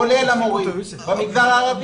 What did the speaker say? כולל המורים במגזר הערבי.